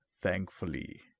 Thankfully